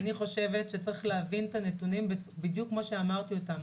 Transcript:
חושבת שצריך להבין את הנתונים בדיוק כמו שאמרתי אותם: